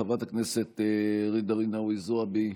חברת הכנסת ג'ידא רינאוי זועבי,